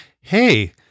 hey